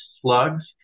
Slugs